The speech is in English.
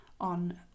on